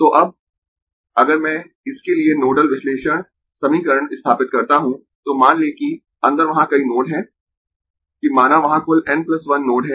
तो अब अगर मैं इसके लिए नोडल विश्लेषण समीकरण स्थापित करता हूं तो मान लें कि अंदर वहां कई नोड है कि माना वहां कुल n 1 नोड है